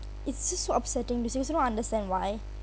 it's just so upsetting because I don't understand why